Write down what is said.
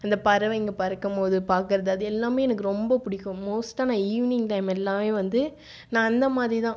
அந்த பறவைங்க பறக்கும் போது பார்க்குறது அது எல்லாமே எனக்கு ரொம்ப பிடிக்கும் மோஸ்ட்டாக நான் ஈவினிங் டைம் எல்லாமே வந்து நான் அந்த மாதிரி தான்